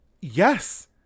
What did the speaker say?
Yes